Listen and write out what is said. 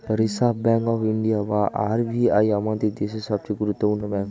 reserve Bank of India বা RBI আমাদের দেশের সবচেয়ে গুরুত্বপূর্ণ ব্যাঙ্ক